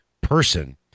person